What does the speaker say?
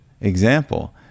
example